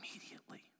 immediately